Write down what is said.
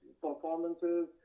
performances